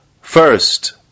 first